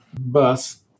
bus